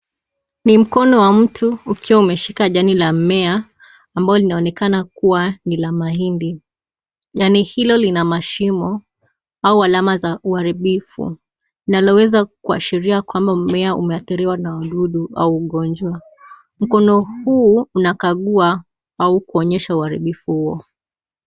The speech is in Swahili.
Ni mkono wa mtu ukiwa umeshika jani la mmea ambao linaonekana kuwa ni la mahindi, jani hilo lina mashimo au alama za uharibifu na laweza kuashiria kwamba mmea umeathiriwa na wadudu au ugonjwa mkono huu unakagua au kuonyesha uharibifu huo.